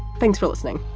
thanks for listening.